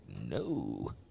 No